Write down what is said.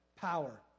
Power